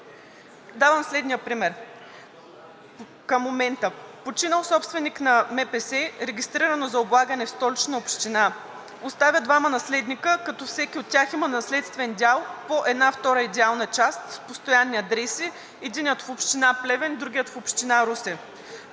Давам следния пример към момента: Починал собственик на МПС, регистрирано за облагане в Столична община, оставя двама наследници, като всеки от тях има наследствен дял по една втора идеална част, постоянни адреси – единият в община Плевен, другият в община Русе.